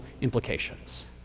implications